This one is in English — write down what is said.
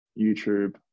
YouTube